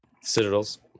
Citadels